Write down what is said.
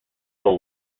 the